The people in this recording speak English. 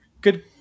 Good